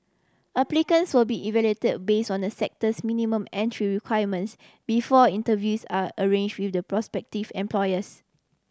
applicants will be evaluated base on a sector's minimum entry requirements before interviews are arrange with the prospective employers